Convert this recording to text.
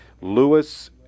Lewis